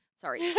sorry